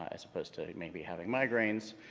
as opposed to maybe having migraines,